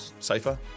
Safer